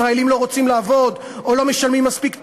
ישראלים לא רוצים לעבוד, או לא משלמים מספיק טוב?